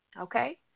okay